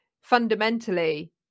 fundamentally